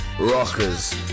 rockers